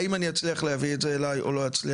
האם אני אצליח להביא את אליי או לא אצליח,